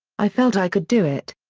i felt i could do it.